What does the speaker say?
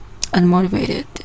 unmotivated